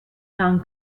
gaan